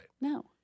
No